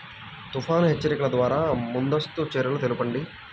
తుఫాను హెచ్చరికల ద్వార ముందస్తు చర్యలు తెలపండి?